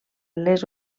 les